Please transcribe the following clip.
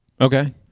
Okay